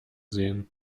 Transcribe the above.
sehen